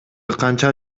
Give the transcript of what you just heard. канча